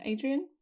Adrian